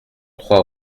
trois